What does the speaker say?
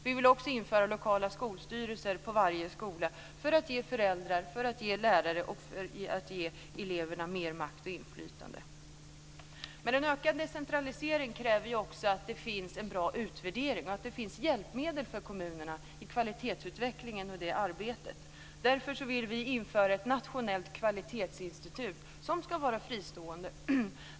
Vi vill också införa lokala skolstyrelser på varje skola för att ge föräldrar, lärare och elever mer makt och inflytande. Men en ökad decentralisering kräver också att det finns en bra utvärdering och att det finns hjälpmedel för kommunerna i kvalitetsutvecklingen och arbetet. Därför vill vi införa ett nationellt kvalitetsinstitut som ska vara fristående.